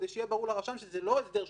כדי שיהיה ברור לרשם שזה לא הסדר שלילי,